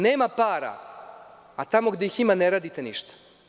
Nema para, a tamo gde ih ima ne radite ništa.